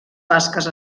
basques